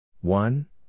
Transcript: one